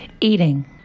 Eating